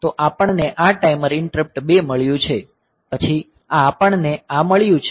તો આપણને આ ટાઈમર ઈંટરપ્ટ 2 મળ્યું છે પછી આ આપણને આ મળ્યું છે